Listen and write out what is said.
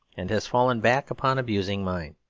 and has fallen back upon abusing mine.